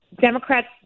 Democrats